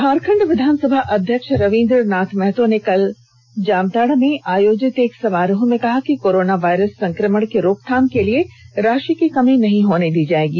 झारखंड विधानसभा अध्यक्ष रविंद्रनाथ महतो ने कल जामताडा में आयोजित एक समारोह में कहा कि कोरोना वायरस संक्रमण की रोकथाम के लिए राशि की कमी नहीं होने दी जाएगी